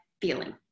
feeling